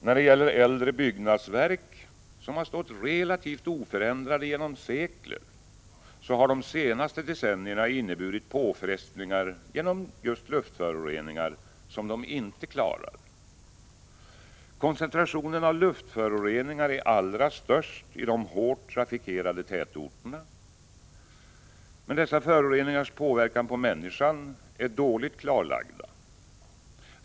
Då det gäller äldre byggnadsverk, som har stått relativt oförändrade genom sekler, har de senaste decennierna inneburit påfrestningar genom just luftföroreningar som dessa byggnadsverk inte klarar. Koncentrationen av luftföroreningar är allra störst i de hårt trafikerade tätorterna. Dessa föroreningars påverkan på människan är dåligt klarlagda.